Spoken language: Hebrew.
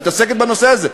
את מתעסקת בנושא הזה.